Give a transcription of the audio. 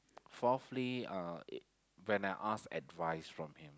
fourthly uh when I ask advice from him